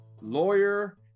lawyer